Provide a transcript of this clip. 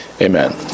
Amen